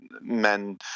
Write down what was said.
men